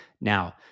Now